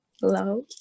Hello